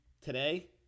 today